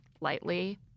lightly